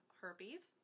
herpes